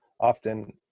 often